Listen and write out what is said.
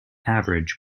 average